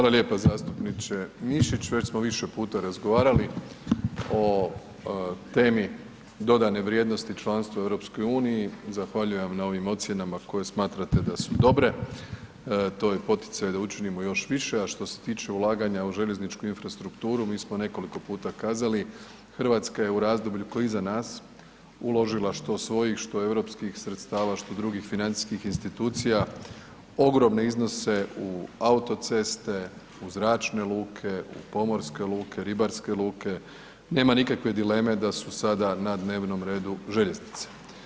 Hvala lijepa zastupniče Mišić, već smo više puta razgovarali o temi dodane vrijednosti članstva u EU, zahvaljujem vam na ovim ocjenama koje smatrate da su dobre, to je poticaj da učinimo još više, a što se tiče ulaganja u željezničku infrastrukturu, mi smo nekoliko puta kazali, RH je u razdoblju koje je iza nas, uložila što svojih, što europskih sredstava, što drugih financijskih institucija, ogromne iznose u autoceste, u zračne luke, u pomorske luke, ribarske luke, nema nikakve dileme da su sada na dnevnom redu željeznice.